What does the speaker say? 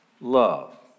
love